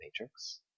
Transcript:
Matrix